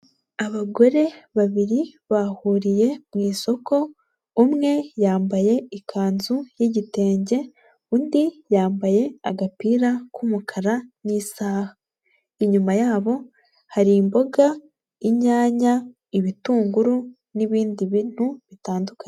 Abagore babiri bahuriye mu isoko; umwe yambaye ikanzu y'igitenge, undi yambaye agapira k'umukara n'isaha; inyuma yabo hari imboga, inyanya, ibitunguru n'ibindi bintu bitandukanye.